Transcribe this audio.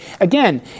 again